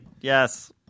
yes